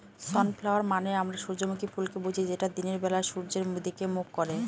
sunflower মানে আমরা সূর্যমুখী ফুলকে বুঝি যেটা দিনের বেলা সূর্যের দিকে মুখ করে